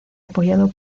apoyado